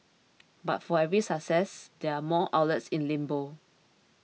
but for every success there are more outlets in limbo